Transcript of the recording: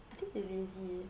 I think they lazy